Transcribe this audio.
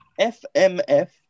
FMF